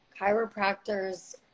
chiropractors